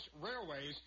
railways